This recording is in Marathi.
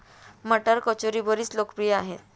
मटार कचोरी बरीच लोकप्रिय आहे